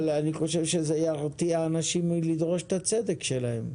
אני חושב שזה ירתיע אנשים מלדרוש את הצדק שלהם.